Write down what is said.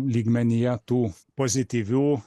lygmenyje tų pozityvių